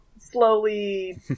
slowly